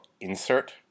insert